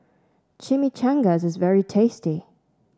Chimichangas is very tasty